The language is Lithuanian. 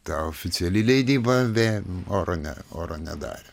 ta oficiali leidyba vėl oro oro nedarė